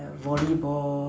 volleyball